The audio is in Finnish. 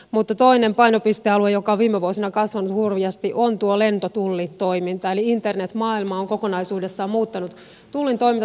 mutta toinen painopistealue joka on viime vuosina kasvanut hurjasti on tuo lentotulli toiminta eli internet maailma on kokonaisuudessaan muuttanut tullin toimintatapaa